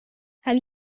have